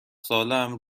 سالهام